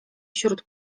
wśród